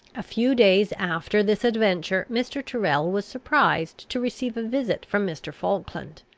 a few days after this adventure mr. tyrrel was surprised to receive a visit from mr. falkland.